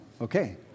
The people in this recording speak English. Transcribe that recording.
Okay